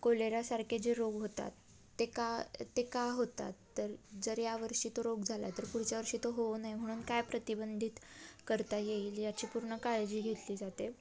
कोलेरासारखे जे रोग होतात ते का ते का होतात तर जर यावर्षी तो रोग झाला तर पुढच्या वर्षी तो होऊ नये म्हणून काय प्रतिबंधित करता येईल याची पूर्ण काळजी घेतली जाते